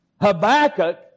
Habakkuk